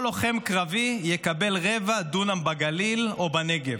כל לוחם קרבי יקבל רבע דונם בגליל או בנגב.